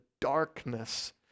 darkness